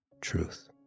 truth